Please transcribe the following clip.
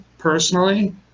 personally